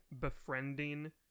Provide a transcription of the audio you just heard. befriending